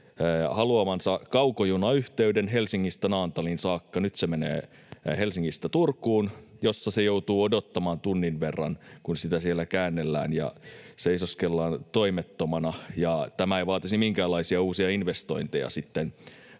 haluavansa kaukojunayhteyden Helsingistä Naantaliin saakka. Nyt se menee Helsingistä Turkuun, missä se joutuu odottamaan tunnin verran, kun sitä siellä käännellään ja seisoskellaan toimettomana, ja tämä ei vaatisi minkäänlaisia uusia investointeja sitten